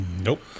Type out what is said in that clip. Nope